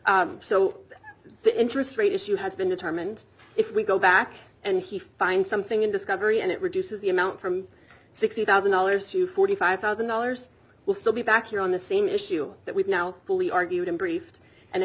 either so the interest rate issue has been determined if we go back and he finds something in discovery and it reduces the amount from sixty thousand dollars to forty five thousand dollars we'll still be back here on the same issue that we've now fully argued and briefed and i